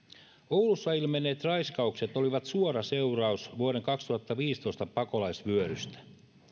oulussa ilmenneet raiskaukset olivat suora seuraus vuoden kaksituhattaviisitoista pakolaisvyörystä